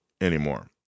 anymore